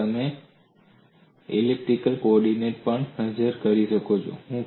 પછી તમે elliptic coordinates પર પણ નજર કરી શકો છો